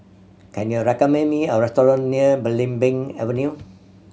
can you recommend me a restaurant near Belimbing Avenue